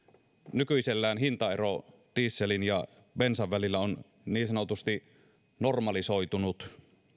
nykyisellään hintaero dieselin ja bensan välillä on niin sanotusti normalisoitunut